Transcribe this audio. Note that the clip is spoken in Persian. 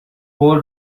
قول